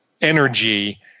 energy